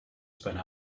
spend